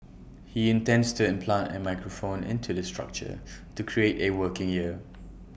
he intends to implant A microphone into the structure to create A working ear